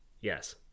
Yes